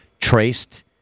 traced